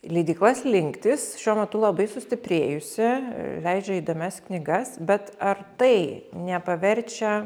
leidykla slinktys šiuo metu labai sustiprėjusi leidžia įdomias knygas bet ar tai nepaverčia